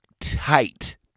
tight